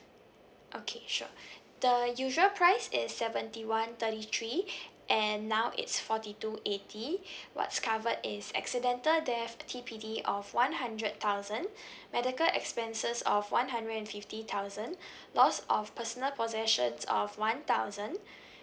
okay sure the usual price is seventy one thirty three and now it's forty two eighty what's covered is accidental death T_P_D of one hundred thousand medical expenses of one hundred and fifty thousand loss of personal possessions of one thousand